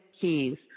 keys